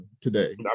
today